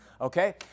okay